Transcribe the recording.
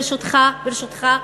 ברשותך,